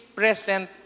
present